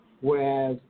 whereas